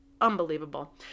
unbelievable